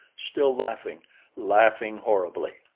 still laughing laughing horribly.